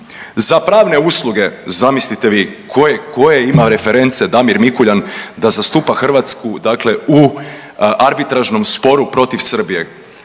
Za pravne usluge zamislite vi koje reference ima Damir Mikuljan da zastupa Hrvatsku, dakle u arbitražnom sporu protiv Srbije.